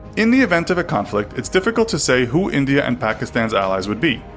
in the event of a conflict, it's difficult to say who india and pakistan's allies would be.